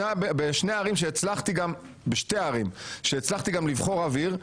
בשתי ערים שהצלחתי גם לבחור רב עיר,